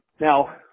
Now